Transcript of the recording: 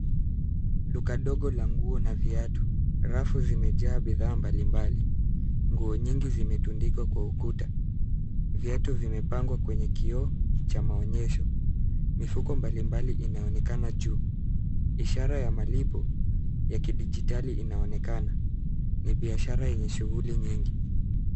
Duka ndogo la nguo na viatu. Rafu zimejaa bidhaa mbalimbali. Nguo nyingi zimetundikwa kwa ukuta. Viatu vimepangwa kwenye kioo cha maonyesho. Mifuko mbalimbali inaonekana juu. Ishara ya malipo ya kidijitali inaonekana, ni biashara yenye shughuli nyingi.